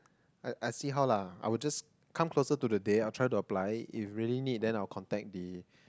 I I see how lah I will just come closer to the day I'll try to apply if really need then I'll contact the